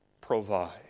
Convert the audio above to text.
provide